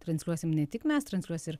transliuosim ne tik mes transliuos ir